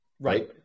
Right